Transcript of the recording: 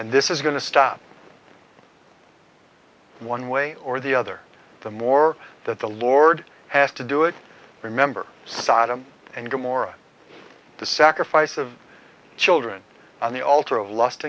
and this is going to stop one way or the other the more that the lord has to do it remember sodom and gomorra the sacrifice of children on the altar of lust